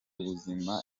ubuzima